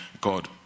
God